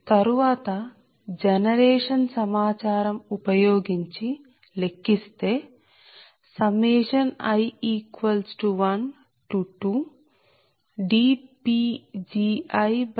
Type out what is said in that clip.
తర్వాత జనరేషన్ సమాచారం ఉపయోగించి లెక్కిస్తే i12dPgi dλ0